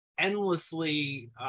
endlessly